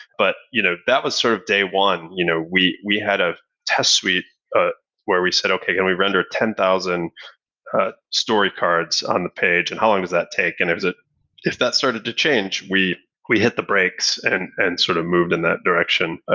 but you know that was sort of day one. you know we we had a test suite ah where we said okay, and we rendered ten thousand story cards on the page and how long does that take. and ah if that started to change, we we hit the brakes and and sort of moved in that direction.